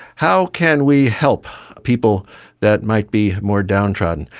how can we help people that might be more downtrodden?